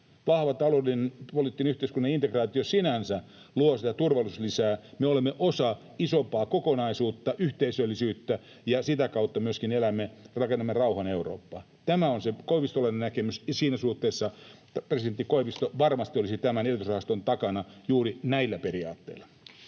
vahva taloudellinen, poliittinen, yhteiskunnallinen integraatio sinänsä — luo sitä turvallisuuslisää. Me olemme osa isompaa kokonaisuutta, yhteisöllisyyttä, ja sitä kautta myöskin elämme, rakennamme rauhan Eurooppaa. Tämä on se koivistolainen näkemys, ja siinä suhteessa presidentti Koivisto varmasti olisi tämän elvytysrahaston takana juuri näillä periaatteilla.